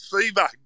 fever